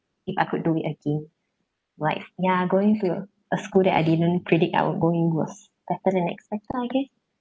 if I could do we again right ya going to a a school that I didn't predict I would go in was better than expected I guess